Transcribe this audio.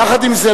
יחד עם זה,